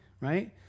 right